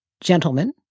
gentlemen